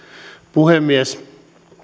puhemies